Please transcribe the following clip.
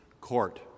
Court